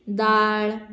दाळ